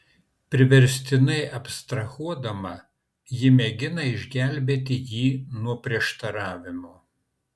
priverstinai abstrahuodama ji mėgina išgelbėti jį nuo prieštaravimų